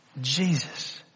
Jesus